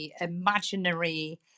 imaginary